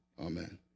Amen